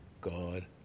God